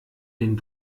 den